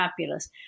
fabulous